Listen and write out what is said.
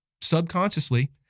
subconsciously